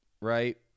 right